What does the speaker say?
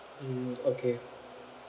mm okay